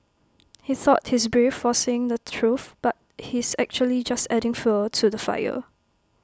he thought he's brave for saying the truth but he's actually just adding fuel to the fire